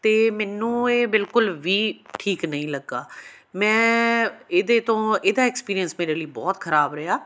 ਅਤੇ ਮੈਨੂੰ ਇਹ ਬਿਲਕੁਲ ਵੀ ਠੀਕ ਨਹੀਂ ਲੱਗਾ ਮੈਂ ਇਹਦੇ ਤੋਂ ਇਹਦਾ ਐਕਸਪੀਰੀਅੰਸ ਮੇਰੇ ਲਈ ਬਹੁਤ ਖ਼ਰਾਬ ਰਿਹਾ